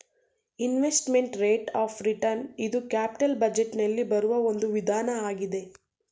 investment rate of return ಇದು capital budget ನಲ್ಲಿ ಬರುವ ಒಂದು ವಿಧಾನ ಆಗಿದೆ